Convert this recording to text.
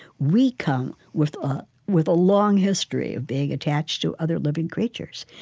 we come with ah with a long history of being attached to other living creatures.